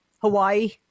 Hawaii